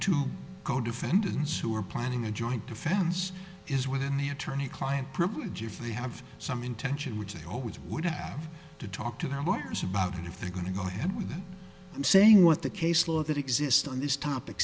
two co defendants who are planning a joint defense is within the attorney client privilege if they have some intention which they always would have to talk to her lawyers about if they're going to go ahead with that and saying what the case law that exist on this topic